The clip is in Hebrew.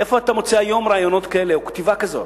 איפה אתה מוצא היום רעיונות כאלה או כתיבה כזאת?